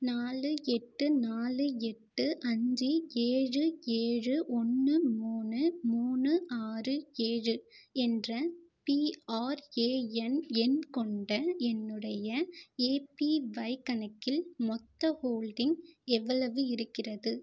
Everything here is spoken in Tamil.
நாலு எட்டு நாலு எட்டு அஞ்சு ஏழு ஏழு ஒன்று மூணு மூணு ஆறு ஏழு என்ற பிஆர்ஏஎன் எண் கொண்ட என்னுடைய ஏபிஒய் கணக்கில் மொத்த ஹோல்டிங் எவ்வளவு இருக்கிறது